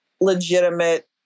legitimate